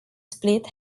split